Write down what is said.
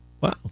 Wow